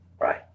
right